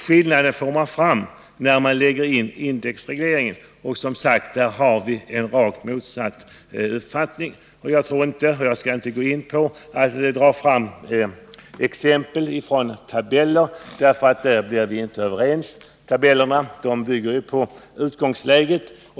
Skillnaden får vi fram när vi tar med indexregleringen, och där har vi som sagt rakt motsatta uppfattningar. Jag skall inte gå in på exempel från tabeller, eftersom vi där inte blir överens. Tabellerna bygger ju på utgångsläget.